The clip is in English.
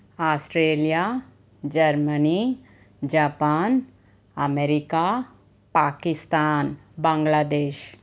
Australia Germany Japan America Pakistan Bangladesh